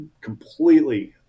completely